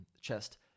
chest